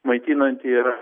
maitinanti yra